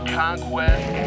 conquest